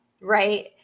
right